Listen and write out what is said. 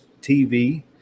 TV